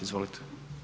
Izvolite.